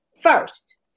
first